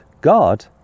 God